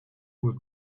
would